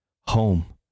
Home